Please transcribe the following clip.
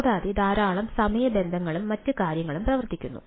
കൂടാതെ ധാരാളം സമയ ബന്ധങ്ങളും മറ്റ് കാര്യങ്ങളും പ്രവർത്തിക്കുന്നു